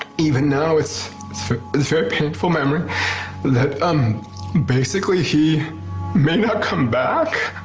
even now it's very painful memory that um basically he may not come back.